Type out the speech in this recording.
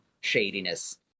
shadiness